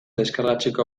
deskargatzeko